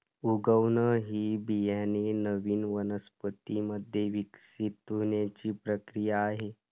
उगवण ही बियाणे नवीन वनस्पतीं मध्ये विकसित होण्याची प्रक्रिया आहे